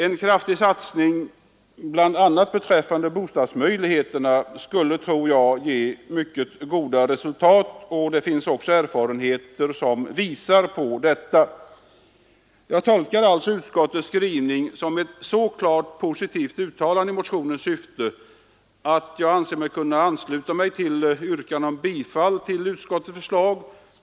En kraftig satsning, bl.a. på bostäder, tror jag skulle ge mycket goda resultat. Det finns erfarenheter som tyder på det. Jag tolkar alltså utskottets skrivning som ett så klart positivt uttalande i motionens anda att jag anser att jag kan ansluta mig till yrkandet om bifall till utskottets hemställan.